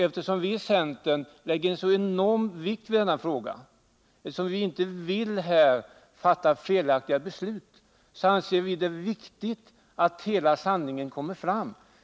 Eftersom vi i centern lägger så enorm vikt vid denna fråga och inte vill fatta felaktiga beslut, anser vi det viktigt att hela sanningen kommer fram.